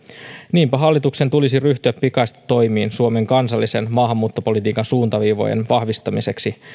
niinpä hallituksen tulisi ryhtyä pikaisesti toimiin suomen kansallisen maahanmuuttopolitiikan suuntaviivojen vahvistamiseksi